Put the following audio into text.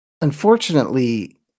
Unfortunately